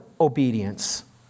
obedience